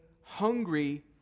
hungry